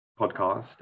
podcast